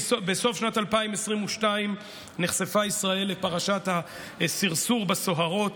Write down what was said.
בסוף שנת 2022 נחשפה ישראל לפרשת הסרסור בסוהרות,